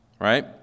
right